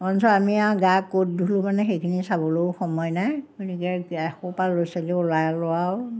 আমি আৰু গা ক'ত ধুলোঁ মানে সেইখিনি চাবলৈও সময় নাই গতিকে এখোপা ল'ৰা ছোৱালী ওলালোঁ আৰু